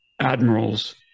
admirals